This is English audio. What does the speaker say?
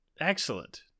Excellent